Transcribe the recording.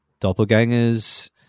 doppelgangers